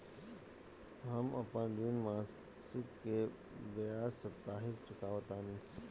हम अपन ऋण मासिक के बजाय साप्ताहिक चुकावतानी